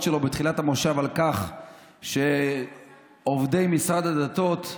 שלו בתחילת המושב על כך שעובדי משרד הדתות,